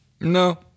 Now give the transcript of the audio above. no